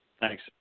Thanks